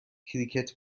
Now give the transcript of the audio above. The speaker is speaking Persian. کریکت